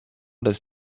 that